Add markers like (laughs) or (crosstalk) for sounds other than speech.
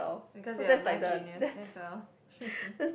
because you're a math genius that's all (laughs)